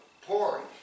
pouring